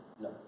No